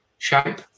Shape